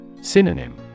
Synonym